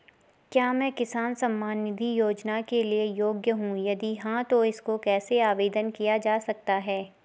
क्या मैं किसान सम्मान निधि योजना के लिए योग्य हूँ यदि हाँ तो इसको कैसे आवेदन किया जा सकता है?